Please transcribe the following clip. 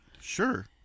Sure